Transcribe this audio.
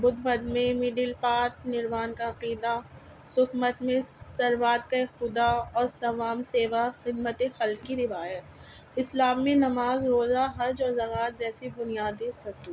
بدھ مت میں میں مڈل پاتھ نروان کا عقیدہ سکھ مت میں سروات کا خدا اور سوام سیوا خدمت حل کی روایت اسلام میں نماز روزہ حج اور زکات جیسی بنیادی ستون